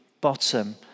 bottom